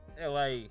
LA